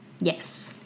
Yes